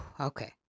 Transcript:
Okay